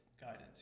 Guidance